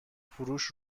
فروش